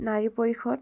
নাৰী পৰিষদ